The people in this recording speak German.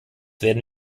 werden